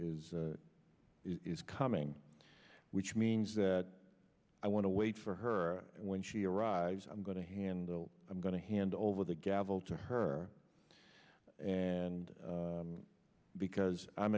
lee is coming which means that i want to wait for her when she arrives i'm going to handle i'm going to hand over the gavel to her and because i'm